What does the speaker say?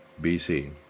BC